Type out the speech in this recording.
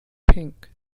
pink